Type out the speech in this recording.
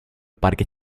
parque